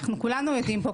אנחנו כולנו עדים פה,